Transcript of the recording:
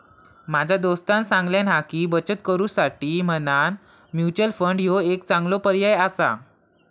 माझ्या दोस्तानं सांगल्यान हा की, बचत करुसाठी म्हणान म्युच्युअल फंड ह्यो एक चांगलो पर्याय आसा